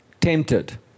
tempted